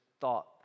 thought